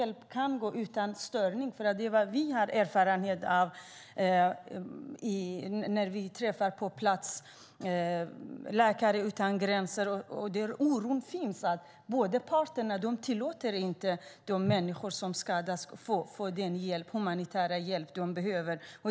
När vi träffade Läkare utan gränser och andra nätverk på plats fick vi höra att den humanitära hjälpen når fram utan störningar. Det finns dock en oro för att ingen av parterna ska tillåta människor som skadas att få den humanitära hjälp de behöver.